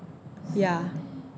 ya